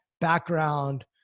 background